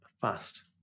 fast